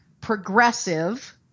progressive